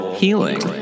healing